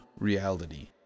reality